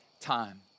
time